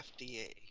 FDA